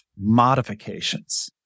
modifications